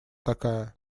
такая